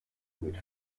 mit